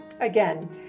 Again